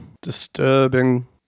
disturbing